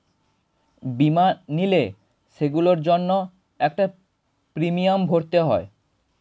বীমা নিলে, সেগুলোর জন্য একটা প্রিমিয়াম ভরতে হয়